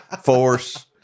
Force